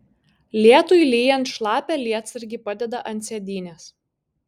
lietui lyjant šlapią lietsargį padeda ant sėdynės